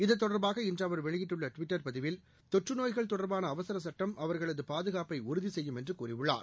இது தொடர்பாக இன்று அவர் வெளியிட்டுள்ள டுவிட்டர் பதிவில் தொற்றநோய்கள் தொடர்பான அவசர சுட்டம் அவர்களது பாதுகாப்பை உறுதி செய்யும் என்று கூறியுள்ளார்